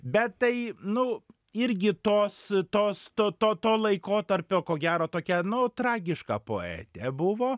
bet tai nu irgi tos tos to to to laikotarpio ko gero tokia nu tragiška poetė buvo